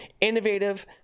innovative